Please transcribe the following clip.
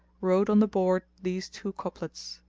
wrote on the board these two couplets